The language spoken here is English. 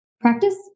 practice